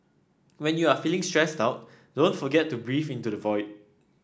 when you are feeling stressed out don't forget to breathe into the void